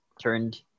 turned